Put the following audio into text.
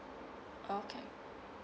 okay